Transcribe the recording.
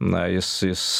na jis jis